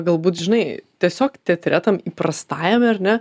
galbūt žinai tiesiog teatre tam įprastajame ar ne